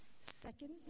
Second